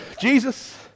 Jesus